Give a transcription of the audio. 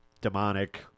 demonic